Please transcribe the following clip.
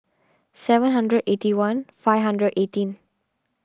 seven hundred eighty one five hundred eighteen